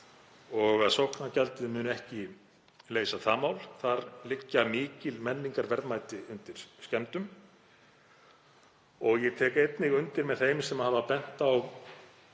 og að sóknargjaldið muni ekki leysa það mál. Þar liggja mikil menningarverðmæti undir skemmdum. Ég tek einnig undir með þeim sem hafa bent á